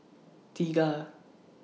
Tea